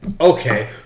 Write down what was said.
Okay